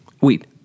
Weed